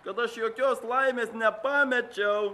kad aš jokios laimės nepamečiau